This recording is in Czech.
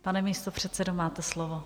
Pane místopředsedo, máte slovo.